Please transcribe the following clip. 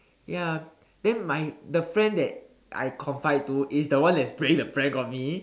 ya then my the friend that I confide to is the one that's playing the prank on me